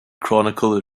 chronicle